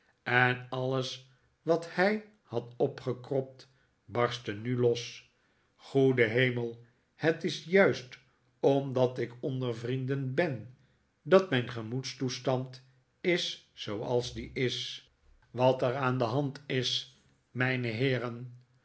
en alles wat hij had opgekropt barstte nu los goede hemel het is juist omdat ik onder vrienden ben dat mijn gemoedstoestand is zooals die is wat er aan de hand david copperfield is mijne heeren